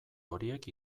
horiek